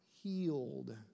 healed